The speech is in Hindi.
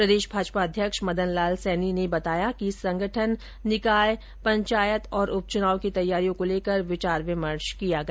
प्रदेश भाजपा अध्यक्ष मदन लाल सैनी ने कहा कि संगठन निकाय पंचायत और उपच्नाव की तैयारियों को लेकर विचार विमर्श किया गया